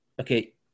okay